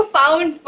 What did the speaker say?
found